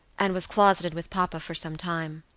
and was closeted with papa for some time.